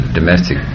domestic